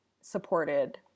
supported